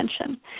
attention